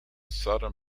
southern